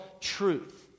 truth